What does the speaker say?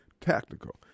tactical